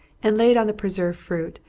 and laid on the preserved fruit,